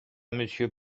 monsieur